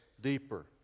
deeper